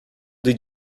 did